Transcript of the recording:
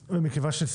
ממשלה.